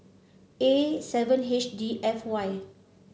A seven H D F Y